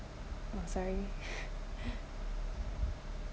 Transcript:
I'm sorry